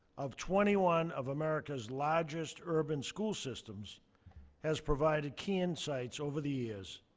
of twenty one of america's largest urban school systems has provided key insights over the years,